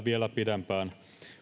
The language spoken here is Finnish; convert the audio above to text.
vielä pidempään